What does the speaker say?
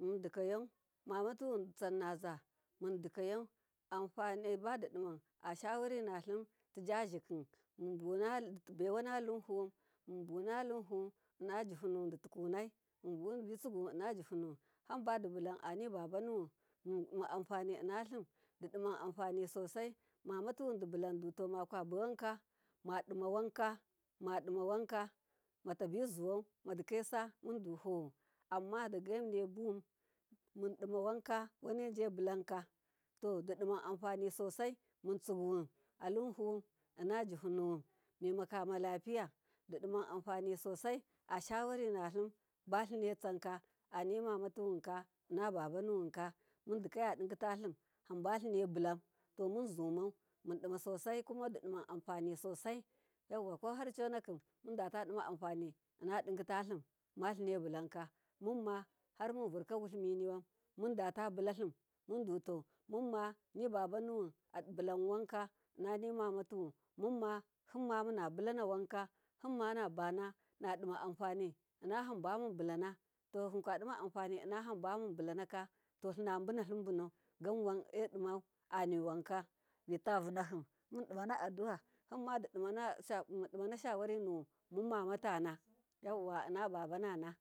mundika yau mamatuwun ditsannaza mundikayau anfani badi diman ashawari nalimtijaziki dibai wana limfuwun innajihunuwun ditikunai mubuwun munji zikiwun innaji hunuwun hambadi bulan ani babanuwun mundi ma afani innalim didiman afani sosai, mamatuwun dibulan dumakaboka madima wanka matabizuwau mundu to amma mundima wanka waneiye bulanka to diman afani sosai wanejiye bulanka muntsiguwun alin huwun injihunuwun lapiya didima afani sosai ashawarinalim balinetsanka animamatuwun in bahanuwunka mundikaya digitalim malinebulan, to munzumau didiman sosai kumahar conakim mundata dimanifan inna digitalim maline bulanka mumma hanun vurka wuliminiwan munta bulalim, mundu mumma ni babanu wun abulan wanka innani mamatuwun himma muna bulana wanka nabana nadima afani inna amba munbulana to himkwa dima anfani innahambamunbulanaka to linabunalim bunau wan edimaniwanka mitavunahi mundima adduwa himma mundimana shawani inna babanana.